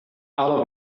out